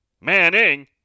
Manning